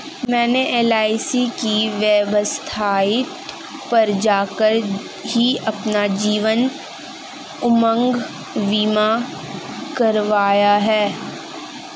मैंने एल.आई.सी की वेबसाइट पर जाकर ही अपना जीवन उमंग बीमा करवाया है